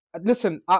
Listen